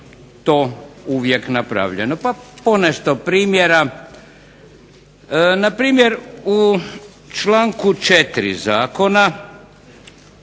to uvijek napravljeno, pa ponešto primjera. Na primjer, u članku 4. Zakona